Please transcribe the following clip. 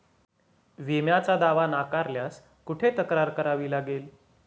विम्याचा दावा नाकारल्यास कुठे तक्रार करावी लागेल?